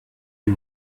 you